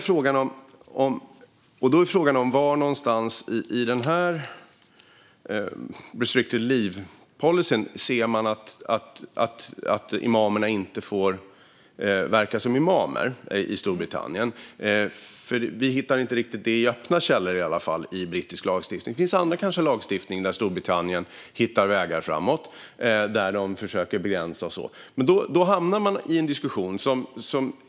Frågan är var någonstans i restricted leave-policyn man ser att imamerna inte får verka som imamer i Storbritannien. Vi hittar inte riktigt detta, i alla fall inte i öppna källor i brittisk lagstiftning. Det finns kanske annan lagstiftning där Storbritannien hittar vägar framåt och försöker begränsa och så vidare, men då hamnar man i en diskussion.